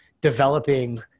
developing